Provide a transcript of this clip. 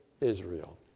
Israel